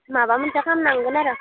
माबा मोनसे खालामनांगोन आरो